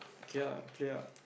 K ah K ah